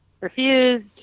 refused